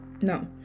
no